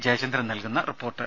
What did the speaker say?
ജയചന്ദ്രൻ നൽകുന്ന റിപ്പോർട്ട്